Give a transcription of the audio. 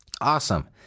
Awesome